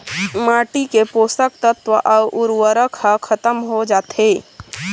माटी के पोसक तत्व अउ उरवरक ह खतम हो जाथे